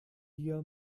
dir